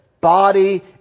body